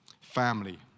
Family